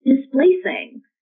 displacing